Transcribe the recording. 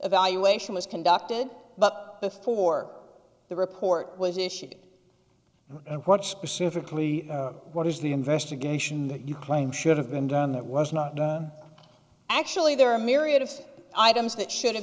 evaluation was conducted but before the report was issued what specifically what is the investigation that you claim should have been done that was not done actually there are a myriad of items that should